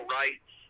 rights